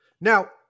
Now